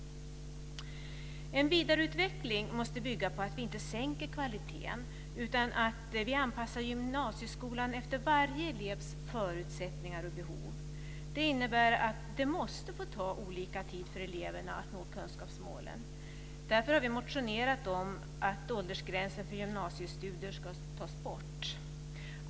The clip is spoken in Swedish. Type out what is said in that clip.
En vidareutveckling måste bygga på att vi inte sänker kvaliteten utan att vi anpassar gymnasieskolan efter varje elevs förutsättningar och behov. Det innebär att det måste få ta olika tid för eleverna att nå kunskapsmålen. Därför har vi motionerat om att åldersgränsen för gymnasiestudier ska tas bort.